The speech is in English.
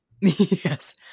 yes